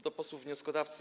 Do posłów wnioskodawców.